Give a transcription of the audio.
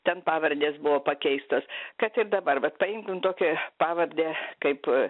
ten pavardės buvo pakeistos kad ir dabar vat paimkim tokią pavardę kaip